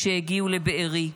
כשהגיעו לבארי,